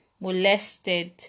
molested